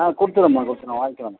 ஆ கொடுத்துறோம்மா கொடுத்துறோம் வாங்கிலாம்மா